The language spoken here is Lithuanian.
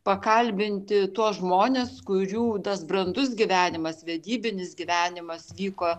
pakalbinti tuos žmones kurių tas brandus gyvenimas vedybinis gyvenimas vyko